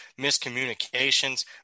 miscommunications